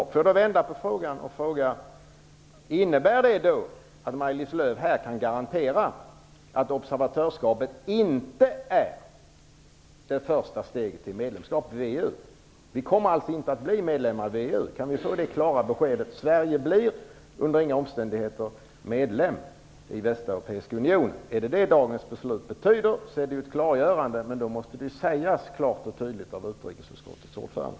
Jag vill då vända på frågan: Innebär det att Maj-Lis Lööw här kan garantera att observatörskapet inte är det första steget mot ett medlemskap i VEU? Kan vi få det klara beskedet att Sverige under inga omständigheter kommer att bli medlem i Västeuropeiska unionen? Om det är det som dagens beslut betyder, så är det ju ett klargörande, och då måste det sägas klart och tydligt av utrikesutskottets ordförande.